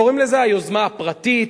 קוראים לזה היוזמה הפרטית,